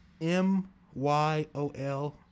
M-Y-O-L